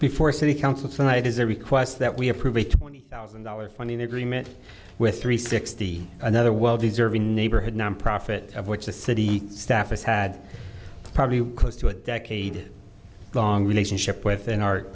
before city council tonight is a request that we approve a twenty thousand dollars funding agreement with three sixty another well deserving neighborhood nonprofit of which the city staff is had probably close to a decade long relationship with